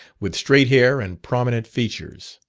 with straight hair and prominent features.